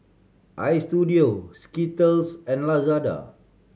Istudio Skittles and Lazada